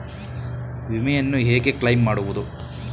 ವಿಮೆಯನ್ನು ಹೇಗೆ ಕ್ಲೈಮ್ ಮಾಡುವುದು?